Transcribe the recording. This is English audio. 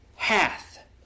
Hath